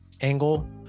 angle